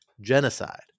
genocide